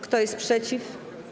Kto jest przeciw?